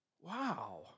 Wow